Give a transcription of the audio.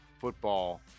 football